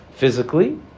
Physically